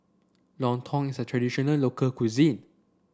Lontong is a traditional local cuisine